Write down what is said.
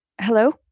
hello